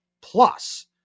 plus